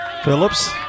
Phillips